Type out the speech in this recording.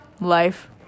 Life